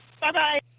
bye-bye